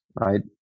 right